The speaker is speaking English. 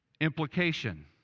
Implication